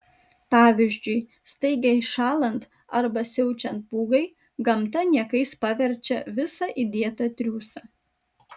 pavyzdžiui staigiai šąlant arba siaučiant pūgai gamta niekais paverčia visą įdėtą triūsą